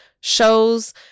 shows